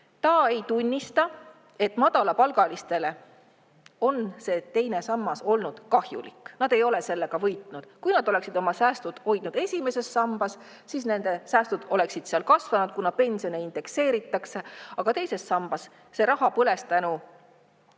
ta ei tunnista seda, et madalapalgaliste jaoks on see teine sammas olnud kahjulik, nad ei ole sellest võitnud. Kui nad oleksid oma säästud hoidnud esimeses sambas, siis oleksid nende säästud seal kasvanud, kuna pensione indekseeritakse, aga teises sambas põles